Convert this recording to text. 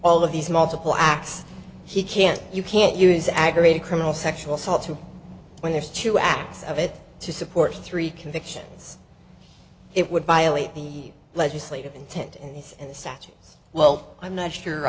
all of these multiple acts he can't you can't use aggravated criminal sexual assault too when there's two acts of it to support three convictions it would violate the legislative intent and it's and such well i'm not sure